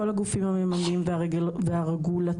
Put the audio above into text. כל הגופים המממנים והרגולטוריים,